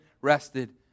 rested